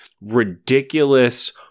ridiculous